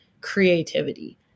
creativity